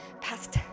past